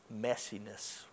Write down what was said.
messiness